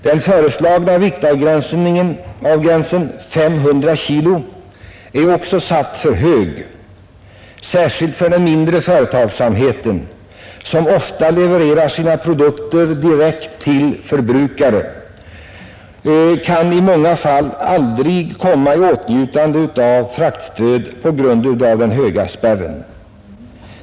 Den föreslagna viktgränsen, 500 kg, är för hög. Särskilt de mindre företagen, som ofta levererar sina produkter direkt till förbrukare, kan i många fall aldrig komma i åtnjutande av fraktstöd på grund av den höga spärren.